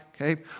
okay